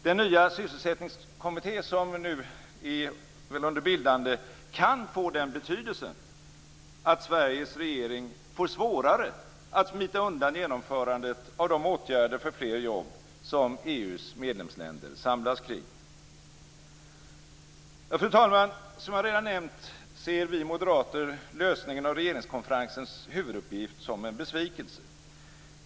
Den nya sysselsättningskommitté som nu är under bildande kan få den betydelsen att Sveriges regering får svårare att smita undan genomförandet av de åtgärder för fler jobb som EU:s medlemsländer samlas kring. Fru talman! Som jag redan nämnt, ser vi moderater lösningen av regeringskonferensens huvuduppgift som en besvikelse.